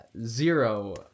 zero